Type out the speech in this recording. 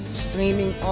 streaming